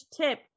tip